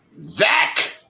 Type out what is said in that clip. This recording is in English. Zach